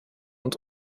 und